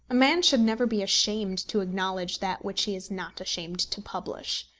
a man should never be ashamed to acknowledge that which he is not ashamed to publish.